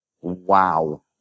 Wow